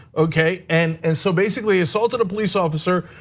okay, and and so basically assaulted a police officer,